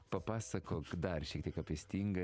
papasakok dar šiek tiek apie stingą